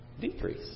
decrease